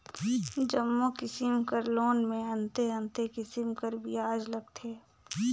जम्मो किसिम कर लोन में अन्ते अन्ते किसिम कर बियाज लगथे